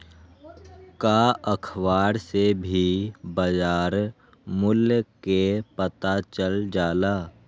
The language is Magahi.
का अखबार से भी बजार मूल्य के पता चल जाला?